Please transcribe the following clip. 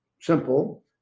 simple